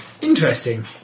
Interesting